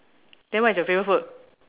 then what is your favourite food